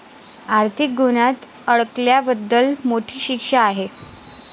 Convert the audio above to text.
आर्थिक गुन्ह्यात अडकल्याबद्दल मोठी शिक्षा आहे